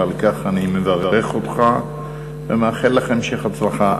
ועל כך אני מברך אותך ומאחל לך המשך הצלחה.